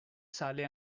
sale